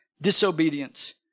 disobedience